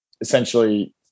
essentially